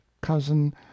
cousin